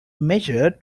measure